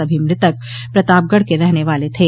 सभी मृतक प्रतापगढ़ के रहने वाले थे